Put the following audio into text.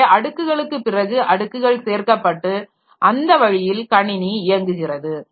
எனவே அடுக்குகளுக்குப் பிறகு அடுக்குகள் சேர்க்கப்பட்டு அந்த வழியில் கணினி இயங்குகிறது